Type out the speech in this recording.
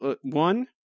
One